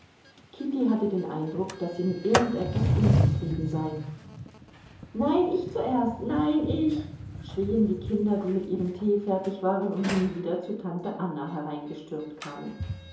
kitty hatte den eindruck daß sie mit irgend etwas unzufrieden sei nein ich zuerst nein ich schrien die kinder die mit ihrem tee fertig waren und nun wieder zu tante anna hereingestürmt kamen